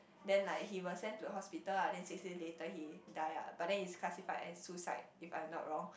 then like he was sent to hospital ah then six days later he die ah but then is classified as suicide if I'm not wrong